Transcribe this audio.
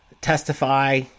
testify